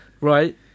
right